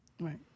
Right